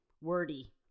wordy